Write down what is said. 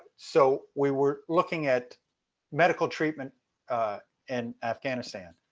so we were looking at medical treatment in afghanistan.